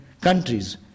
countries